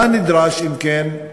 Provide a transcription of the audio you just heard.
מה נדרש, אם כן,